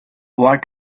what